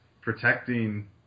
protecting